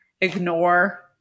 ignore